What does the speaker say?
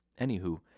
Anywho